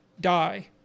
die